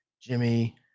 Jimmy